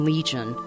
Legion